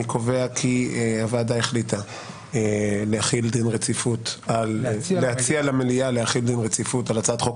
אני קובע כי הוועדה החליטה להציע למליאה להחיל דין רציפות על הצעת חוק